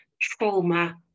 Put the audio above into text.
trauma